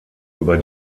über